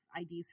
IDs